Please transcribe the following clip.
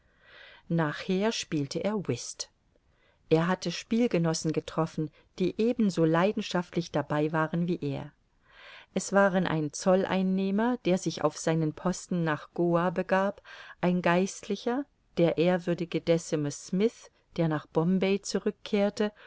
nachher spielte er whist er hatte spielgenossen getroffen die ebenso leidenschaftlich dabei waren wie er es waren ein zolleinnehmer der sich auf seinen posten nach goa begab ein geistlicher der ehrwürdige decimus smith der nach bombay zurückkehrte